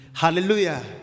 Hallelujah